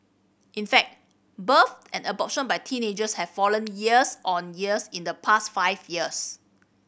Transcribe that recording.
in fact births and abortion by teenagers have fallen years on years in the past five years